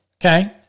okay